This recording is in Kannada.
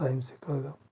ಟೈಮ್ ಸಿಕ್ಕಾಗ